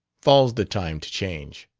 fall's the time to change.